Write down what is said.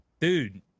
dude